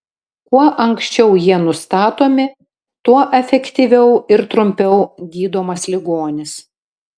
kuo anksčiau jie nustatomi tuo efektyviau ir trumpiau gydomas ligonis